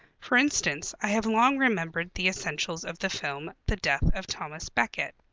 for instance, i have long remembered the essentials of the film, the death of thomas becket.